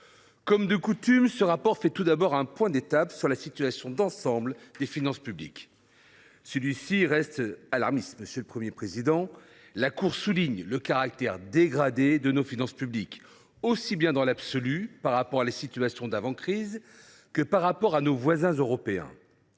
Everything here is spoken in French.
est de coutume, ce rapport fait tout d’abord un point sur la situation d’ensemble des finances publiques. Celui ci reste alarmant, monsieur le Premier président. La Cour souligne le caractère dégradé de nos finances publiques, tant dans l’absolu, par rapport à la situation d’avant crise, que par rapport à nos voisins européens.